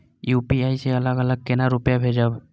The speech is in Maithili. यू.पी.आई से अलग अलग केना रुपया भेजब